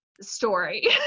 story